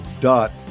dot